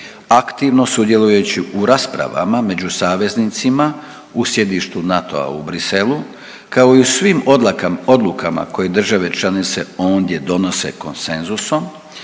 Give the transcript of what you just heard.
aktivno sudjelujući u raspravama među saveznicima u sjedištu NATO-a u Bruxellesu kao i u svim odlukama koje države članice ondje donose konsenzusom